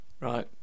Right